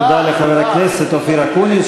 תודה לחבר הכנסת אופיר אקוניס,